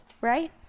right